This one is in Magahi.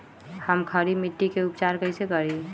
हम खड़ी मिट्टी के उपचार कईसे करी?